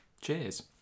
Cheers